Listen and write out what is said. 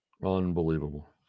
Unbelievable